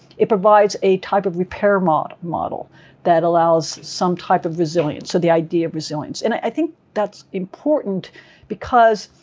it provides a type of repair model model that allows some type of resilience, so the idea of resilience. and i think that's important because